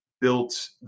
built